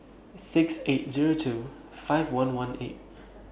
six eight Zero two five one one eight